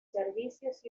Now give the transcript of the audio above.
servicios